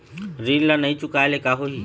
ऋण ला नई चुकाए ले का होही?